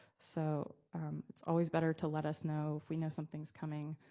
so it's always better to let us know. if we know something's coming,